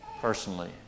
personally